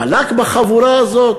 בלק בחבורה הזאת?